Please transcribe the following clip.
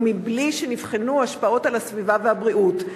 ובלי שנבחנו ההשפעות על הסביבה והבריאות.